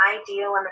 ideal